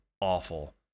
awful